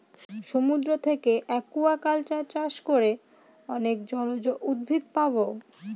সমুদ্র থাকে একুয়াকালচার চাষ করে অনেক জলজ উদ্ভিদ পাবো